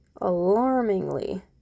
Alarmingly